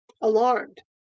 Alarmed